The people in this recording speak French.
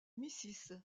mrs